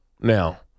now